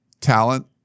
talent